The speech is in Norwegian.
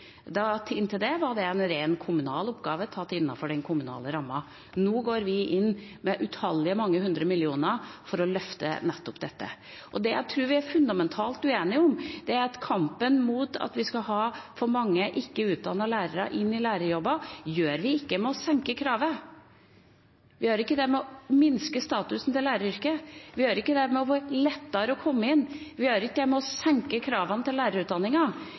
var det en ren kommunal oppgave tatt innenfor den kommunale rammen. Nå går vi inn med utallige hundre millioner for å løfte nettopp dette. Det jeg tror vi er fundamentalt uenige om, er at kampen mot at vi skal ha for mange ikke utdannede lærere inn i lærerjobber, tas ved å senke kravet. Vi tar den ikke ved å minske statusen til læreryrket, vi tar den ikke ved å gjøre det lettere å komme inn, og vi tar den ikke ved å senke kravene til